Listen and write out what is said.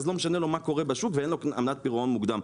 אז לא משנה לו מה קורה בשוק ואין לו עמלת פירעון מוקדם.